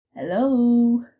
Hello